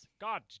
God